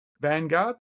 Vanguard